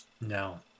No